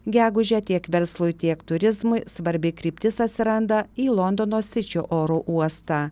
gegužę tiek verslui tiek turizmui svarbi kryptis atsiranda į londono sičio oro uostą